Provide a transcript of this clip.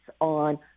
on